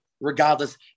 regardless